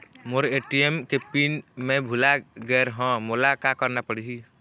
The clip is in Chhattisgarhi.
मोर ए.टी.एम के पिन मैं भुला गैर ह, मोला का करना पढ़ही?